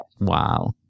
Wow